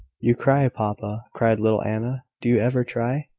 you cry, papa! cried little anna. do you ever cry?